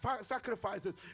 sacrifices